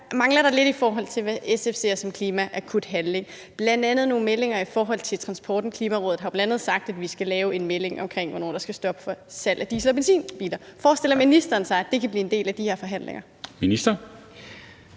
mangler der lidt, i forhold til hvad SF ser som akut klimahandling, bl.a. nogle meldinger i forhold til transporten. Klimarådet har bl.a. sagt, at vi skal lave en melding om, hvornår der skal være stop for salg af diesel- og benzinbiler. Forestiller ministeren sig, at det kan blive en del af de her forhandlinger? Kl.